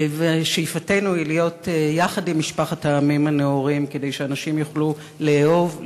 שאיפתנו היא להיות יחד עם משפחת העמים הנאורים כדי שאנשים יוכלו לאהוב,